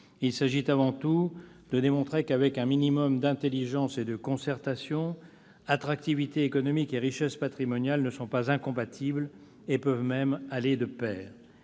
Il s'agit avant tout de démontrer que, avec un minimum d'intelligence et de concertation, attractivité économique et richesse patrimoniale ne sont pas incompatibles et peuvent même aller de pair.